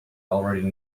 already